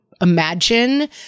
Imagine